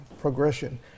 progression